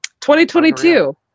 2022